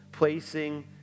Placing